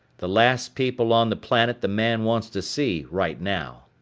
the last people on the planet the man wants to see right now.